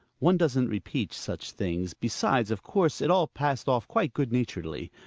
one doesn't repeat such things. besides, of course it all passed off quite good-naturedly.